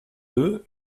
deux